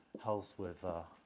house with, ah,